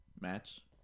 match